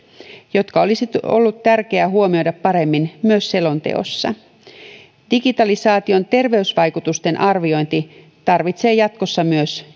jotka olisi ollut tärkeä huomioida paremmin myös selonteossa myös digitalisaation terveysvaikutusten arviointi tarvitsee jatkossa